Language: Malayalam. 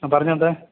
അ പറഞ്ഞോ എന്തേ